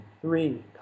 three